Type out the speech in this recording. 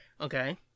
Okay